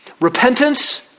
Repentance